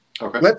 Okay